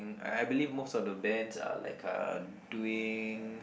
I I believe most of the bands are like uh doing